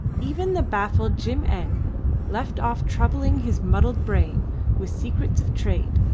even the baffled jim-eng left off troubling his muddled brain with secrets of trade,